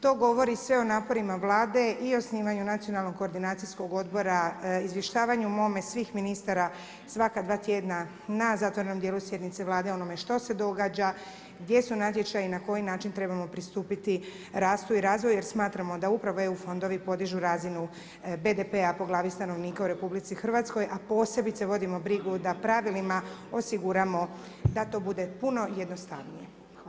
To govori sve o naporima Vlade i osnivanju Nacionalnog koordinacijskog odbora, o izvještavanju mome, svih ministara, svaka 2 tjedna na zatvorenom dijelu sjednice Vlade, onome što se događa, gdje su natječaji, na koji način treba pristupiti rastu i razvoju jer smatramo da upravo eu-fondovi podiže razinu BDP-a po glavi stanovnika u RH a posebice vodimo brigu da pravilima osiguramo da to bude puno jednostavnije.